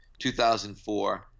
2004